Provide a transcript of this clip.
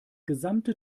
gesamte